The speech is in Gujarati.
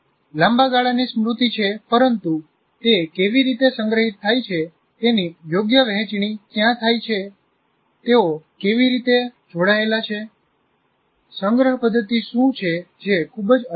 લાંબા ગાળાની સ્મૃતિ છે પરંતુ તે કેવી રીતે સંગ્રહિત થાય છે તેની યોગ્ય વહેચણી ક્યાં થાય છે તેઓ કેવી રીતે જોડાયેલા છે સંગ્રહ પદ્ધતિ શું છે જે ખૂબ જ અલગ છે